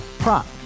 Prop